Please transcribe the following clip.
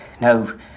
No